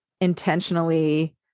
intentionally